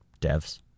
Devs